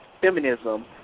Feminism